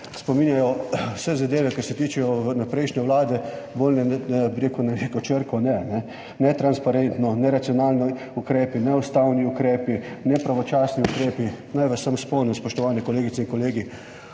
spominjajo vse zadeve, ki se tičejo prejšnje vlade, bolj na neko črko N, netransparentno, neracionalni ukrepi, neustavni ukrepi, nepravočasni ukrepi. Naj vas samo spomnim, spoštovane kolegice in kolegi,